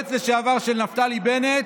היועץ לשעבר של נפתלי בנט,